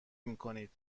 میکنید